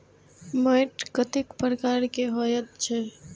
मैंट कतेक प्रकार के होयत छै?